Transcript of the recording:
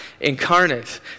incarnate